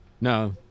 No